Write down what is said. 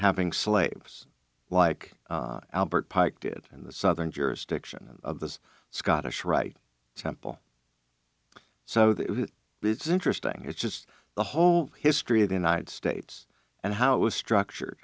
having slaves like albert pike did in the southern jurisdiction of the scottish rite temple so it's interesting it's just the whole history of the united states and how it was structured